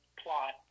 plot